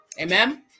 Amen